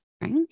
Right